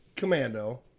Commando